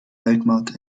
altmark